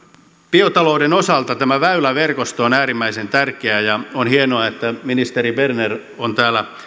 biotalouden osalta tämä väyläverkosto on äärimmäisen tärkeä on hienoa että ministeri berner on täällä